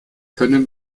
können